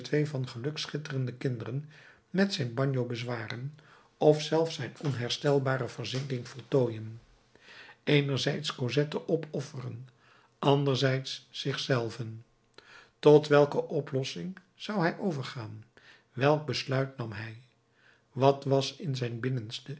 van geluk schitterende kinderen met zijn bagno bezwaren of zelf zijn onherstelbare verzinking voltooien eenerzijds cosette opofferen anderzijds zich zelven tot welke oplossing zou hij overgaan welk besluit nam hij wat was in zijn binnenste